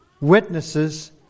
witnesses